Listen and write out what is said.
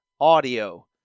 audio